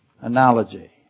analogy